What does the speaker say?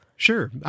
Sure